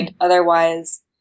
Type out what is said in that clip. otherwise